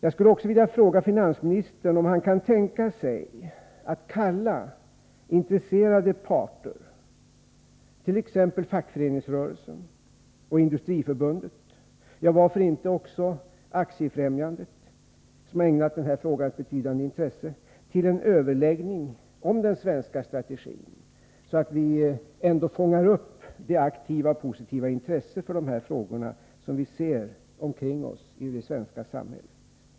Jag skulle vilja fråga finansministern om han kan tänka sig att kalla intresserade parter, t.ex. fackföreningsrörelsen och Industriförbundet, varför inte också Aktiefrämjandet som ägnat frågan betydande intresse, till en överläggning om den svenska strategin för att fånga upp det aktiva och positiva intresset för de här frågorna i det svenska samhället.